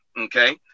Okay